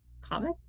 comic